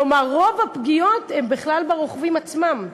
כלומר, רוב הפגיעות הן בכלל ברוכבים עצמם.